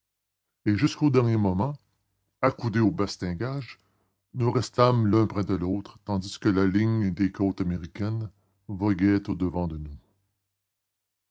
et jusqu'au dernier moment accoudés aux bastingages nous restâmes l'un près de l'autre tandis que la ligne des côtes américaines voguait au-devant de nous